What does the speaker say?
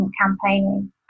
campaigning